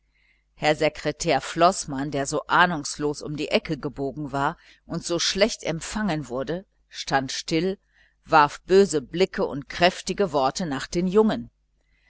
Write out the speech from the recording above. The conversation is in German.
herr sekretär floßmann der so ahnungslos um die ecke gebogen war und so schlecht empfangen wurde stand still warf böse blicke und kräftige worte nach den jungen